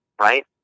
right